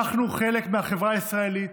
אנחנו חלק מהחברה הישראלית,